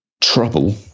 Trouble